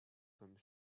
comme